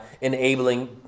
enabling